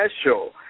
special